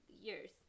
years